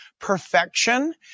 perfection